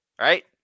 right